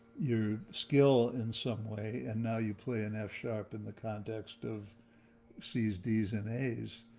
your skill in some way, and now you play an f sharp in the context of c's, ds and a's.